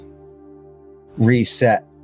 reset